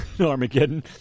Armageddon